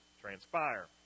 transpire